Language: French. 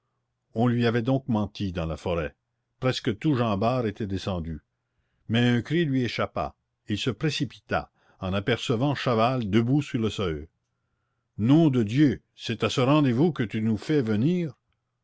on lui avait donc menti dans la forêt presque tout jean bart était descendu mais un cri lui échappa il se précipita en apercevant chaval debout sur le seuil nom de dieu c'est à ce rendez-vous que tu nous fais venir